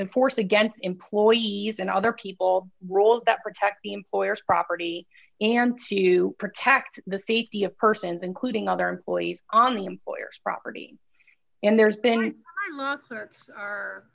force against employees and other people roles that protect the employer's property and to protect the safety of persons including other employees on the employer's property and there's been